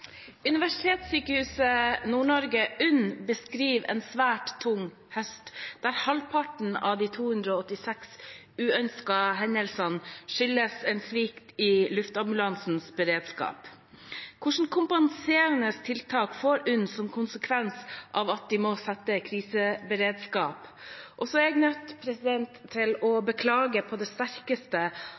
beskriver en svært tung høst, der halvparten av de 286 uønskede hendelsene skyldes en svikt i luftambulansens beredskap. Hvilke kompenserende tiltak får UNN som konsekvens av at de måtte sette kriseberedskap og har satt inn doble team på akuttsentralen?» Jeg er nødt til å beklage på det sterkeste